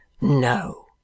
No